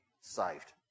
saved